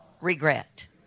regret